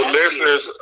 listeners